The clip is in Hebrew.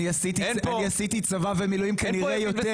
אני עשיתי צבא ומילואים כנראה יותר